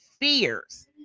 fears